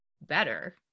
better